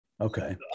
Okay